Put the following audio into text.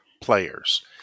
players